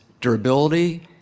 durability